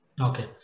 Okay